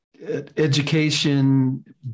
education